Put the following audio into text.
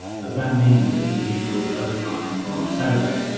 does that mean that if we need to work overtime or on a saturday,